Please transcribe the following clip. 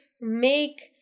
make